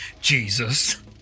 Jesus